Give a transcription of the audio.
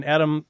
Adam